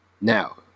Now